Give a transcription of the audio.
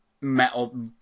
metal